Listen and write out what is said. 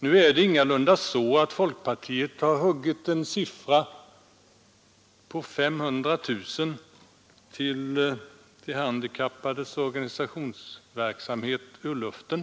Nu är det ingalunda så att folkpartiet har tagit en siffra på 500 000 kronor till de handikappades organisationsverksamhet ur luften.